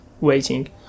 waiting